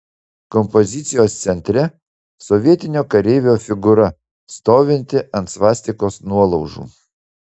kompozicijos centre sovietinio kareivio figūra stovinti ant svastikos nuolaužų